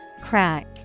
Crack